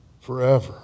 Forever